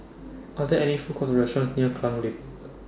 Are There any Food Courts Or restaurants near Klang Lane